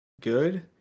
good